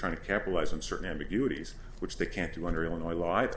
trying to capitalize on certain ambiguities which they can't do under illinois l